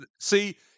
see